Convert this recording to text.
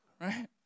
Right